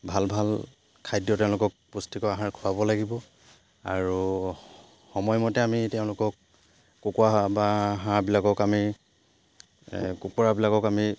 ভাল ভাল খাদ্য তেওঁলোকক পুষ্টিকৰ আহাৰ খুৱাব লাগিব আৰু সময়মতে আমি তেওঁলোকক কুকুৰা বা হাঁহবিলাকক আমি কুকুৰাবিলাকক আমি